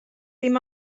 dim